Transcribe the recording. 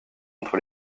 entre